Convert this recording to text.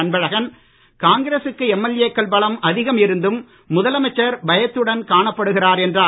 அன்பழகன் காங்கிரசுக்கு எம்எல்ஏக்கள் பலம் அதிகம் இருந்தும் முதலமைச்சர் பயத்துடன் காணப்படுகிறார் என்றார்